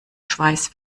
schweiß